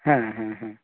হ্যাঁ হ্যাঁ হ্যাঁ